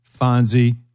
Fonzie